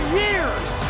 years